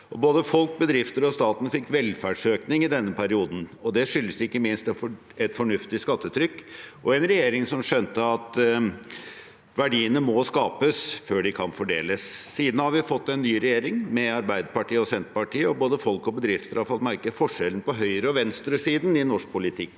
Både folk, bedrifter og staten fikk velferdsøkning i denne perioden. Det skyldtes ikke minst et fornuftig skattetrykk og en regjering som skjønte at verdiene må skapes før de kan fordeles. Siden har vi fått en ny regjering med Arbeiderpartiet og Senterpartiet, og både folk og bedrifter har fått merke forskjellen på høyre- og venstresiden i norsk politikk.